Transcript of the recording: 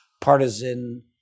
partisan